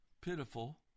pitiful